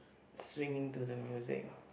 swinging to the music